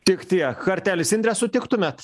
tiek tiek kartelis indre sutiktumėt